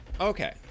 okay